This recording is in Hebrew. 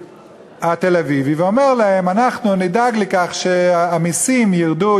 התל-אביבי ואומרות לו: אנחנו נדאג לכך שהמסים ירדו,